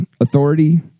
authority